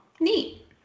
Neat